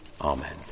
Amen